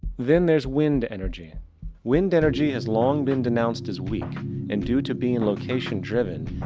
then there's wind energy. wind energy has long been denounced as weak and, due to being location driven,